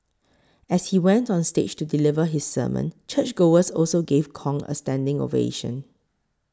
as he went on stage to deliver his sermon churchgoers also gave Kong a standing ovation